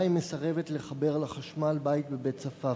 מסרבת לחבר לחשמל בית בבית-צפאפא.